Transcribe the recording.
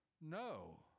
No